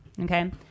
okay